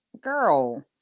Girl